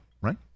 right